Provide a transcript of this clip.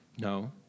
No